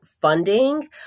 funding